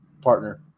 partner